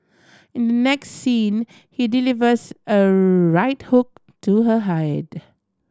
in the next scene he delivers a right hook to her head